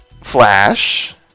flash